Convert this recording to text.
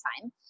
time